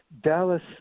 Dallas